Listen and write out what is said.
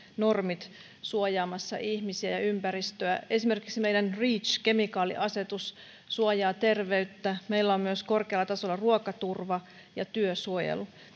normit suojaamassa ihmisiä ja ympäristöä esimerkiksi meidän reach kemikaaliasetuksemme suojaa terveyttä meillä on myös korkealla tasolla ruokaturva ja työsuojelu